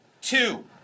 Two